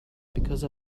because